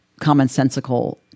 commonsensical